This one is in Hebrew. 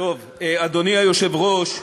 אדוני היושב-ראש,